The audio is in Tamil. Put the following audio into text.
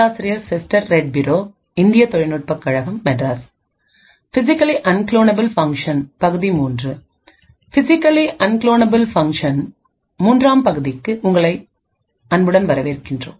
பிசிக்கலி அன்குலோனபுல் ஃபங்ஷன்ஸ் மூன்றாம் பகுதிக்கு உங்களை அன்புடன் வரவேற்கின்றோம்